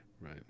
right